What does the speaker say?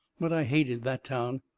but i hated that town.